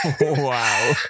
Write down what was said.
wow